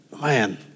Man